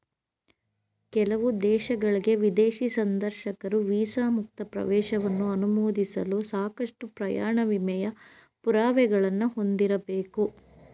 ಕೆಲವು ದೇಶಗಳ್ಗೆ ವಿದೇಶಿ ಸಂದರ್ಶಕರು ವೀಸಾ ಮುಕ್ತ ಪ್ರವೇಶವನ್ನ ಅನುಮೋದಿಸಲು ಸಾಕಷ್ಟು ಪ್ರಯಾಣ ವಿಮೆಯ ಪುರಾವೆಗಳನ್ನ ಹೊಂದಿರಬೇಕು